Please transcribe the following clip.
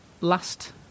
Last